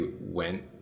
went